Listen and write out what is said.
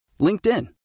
LinkedIn